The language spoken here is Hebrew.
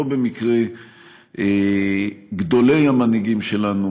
לא במקרה גדולי המנהיגים שלנו,